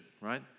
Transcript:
right